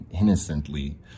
innocently